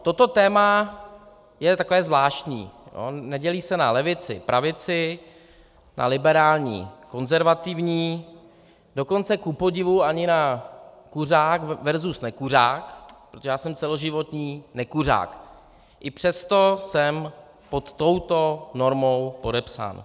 Toto téma je takové zvláštní, nedělí se na levici, pravici, na liberální, konzervativní, dokonce kupodivu ani na kuřák versus nekuřák, protože já jsem celoživotní nekuřák, i přesto jsem pod touto normou podepsán.